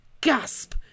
gasp